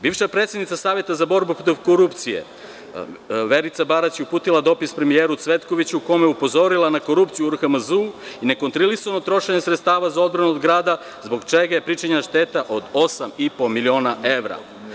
Bivša predsednica Saveta za borbu protiv korupcije Verica Barać uputila je dopis premijeru Cvetkoviću u kome je upozorila na korupciju u RHMZ-u i na nekontrolisano trošenje sredstava za odbranu od grada, zbog čega je pričinjena šteta od osam i po miliona evra.